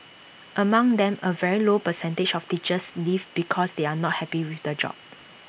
among them A very low percentage of teachers leave because they are not happy with the job